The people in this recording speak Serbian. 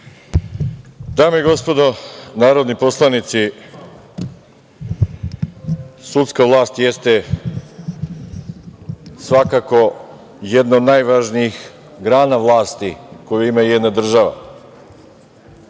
Dame i gospodo narodni poslanici, sudska vlast jeste svakako jedna od najvažnijih grana vlasti koju ima jedna država